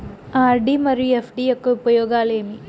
RD మరియు FD యొక్క ఉపయోగాలు ఏమి?